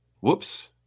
Whoops